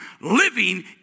living